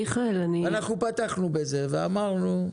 אנחנו פתחנו בזה ואמרנו,